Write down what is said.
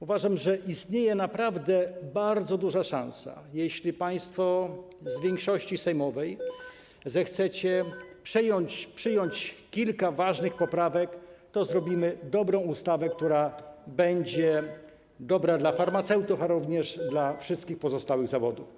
Uważam, że istnieje naprawdę bardzo duża szansa, jeśli państwo z większości sejmowej zechcecie przyjąć kilka ważnych poprawek, to zrobimy dobrą ustawę, która będzie dobra dla farmaceutów, a również dla wszystkich pozostałych zawodów.